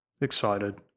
excited